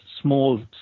small